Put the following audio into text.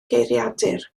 geiriadur